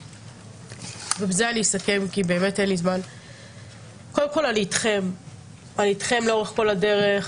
אני אתכם, אני אתכם לאורך כל הדרך.